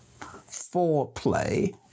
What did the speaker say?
Foreplay